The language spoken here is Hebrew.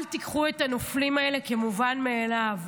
אל תיקחו את הנופלים האלה כמובן מאליו.